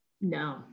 no